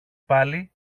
πάλι